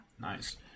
Nice